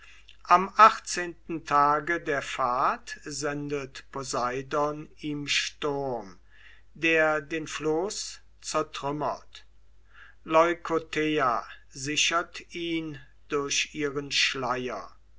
am achtzehnten tage der fahrt sendet poseidon ihm sturm der den floß zertrümmert